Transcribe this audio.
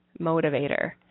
motivator